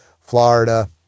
florida